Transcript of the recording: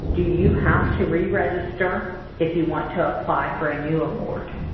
do you have to re-register if you want to apply for a new award?